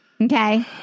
Okay